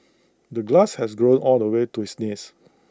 the grass had grown all the way to his knees